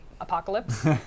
apocalypse